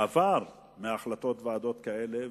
בעבר מהחלטות ועדות אלה,